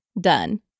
done